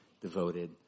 devoted